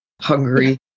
hungry